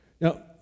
Now